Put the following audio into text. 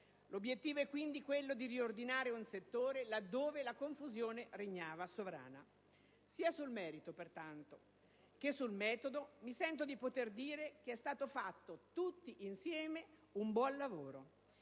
L'obiettivo è quindi quello di riordinare un settore laddove la confusione regnava sovrana. Sia sul merito che sul metodo, quindi, mi sento di poter dire che è stato fatto, tutti insieme, un buon lavoro.